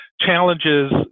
challenges